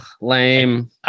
Lame